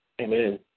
Amen